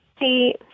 See